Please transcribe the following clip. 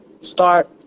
start